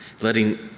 letting